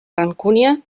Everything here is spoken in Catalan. rancúnia